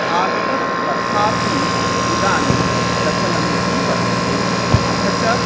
भागवत्कथापि इदानीं प्रचलन्ती वर्तते अथ च